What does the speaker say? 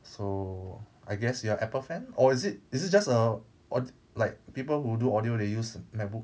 so I guess you are Apple fan or is it is it just a or like people who do audio they use macbook